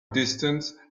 distance